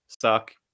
suck